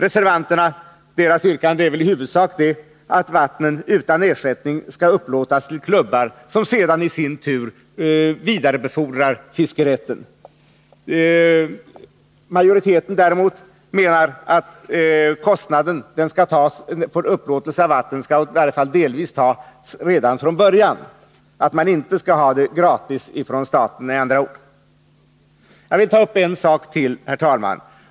Reservanternas yrkande är i huvudsak att vattnen utan ersättning skall upplåtas till klubbar, som i sin tur vidarebefordrar fiskerätten. Majoriteten menar däremot att kostnaden för upplåtelse av vatten i varje fall delvis skall tas ut redan från början — att man inte skall ha den gratis av staten, med andra ord. Jag vill ta upp en sak till, herr talman.